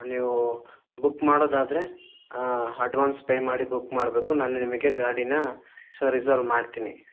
ನೀವು ಬುಕ್ ಮಾಡೋದಾದ್ರೆ advance pay ಮಾಡಿ ಬುಕ್ ಮಾಡಬೇಕು ನಾನು ನಿಮಗೆ ಗಾಡಿನ ಸೊ ರಿಸರ್ವ್ ಮಾಡ್ತೀನಿ